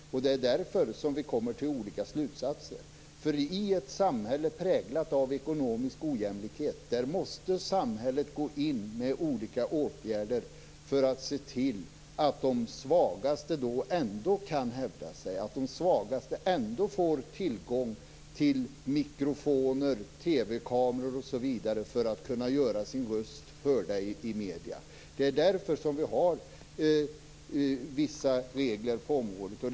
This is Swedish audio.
Det är därför som vi kommer till olika slutsatser. I ett samhälle präglat av ekonomisk ojämlikhet måste samhället gå in med olika åtgärder för att se till att de svagaste ändå kan hävda sig och får tillgång till mikrofoner, TV-kameror osv. för att kunna göra sin röst hörd i medierna. Det är därför som vi har vissa regler på området.